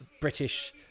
British